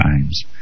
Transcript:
times